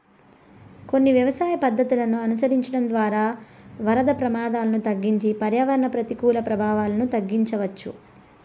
కొన్ని వ్యవసాయ పద్ధతులను అనుసరించడం ద్వారా వరద ప్రమాదాలను తగ్గించి పర్యావరణ ప్రతికూల ప్రభావాలను తగ్గించవచ్చు